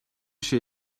şey